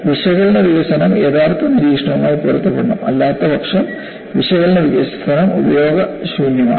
വിശകലന വികസനം യഥാർത്ഥ നിരീക്ഷണവുമായി പൊരുത്തപ്പെടണം അല്ലാത്തപക്ഷം വിശകലന വികസനം ഉപയോഗശൂന്യമാണ്